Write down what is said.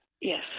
Yes